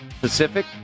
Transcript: Pacific